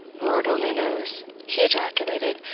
lord only knows, he ejaculated,